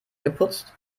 geputzt